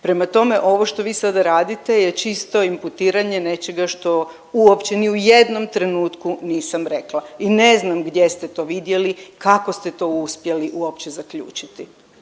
Prema tome, ovo što vi sada radite je čisto imputiranje nečega što uopće ni u jednom trenutku nisam rekla i ne znam gdje ste to vidjeli, kako ste to uspjeli uopće zaključiti.